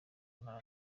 nta